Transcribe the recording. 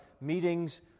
meetings